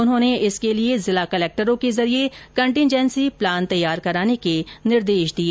उन्होंने इसके लिए संबंधित जिला कलेक्टरों के जरिए कंटीजेंसी प्लान तैयार कराने के निर्देश दिए